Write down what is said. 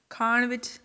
ਖਾਣ ਵਿੱਚ